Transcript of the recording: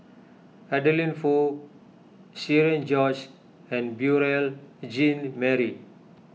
Adeline Foo Cherian George and Beurel Jean Marie